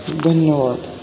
धन्यवाद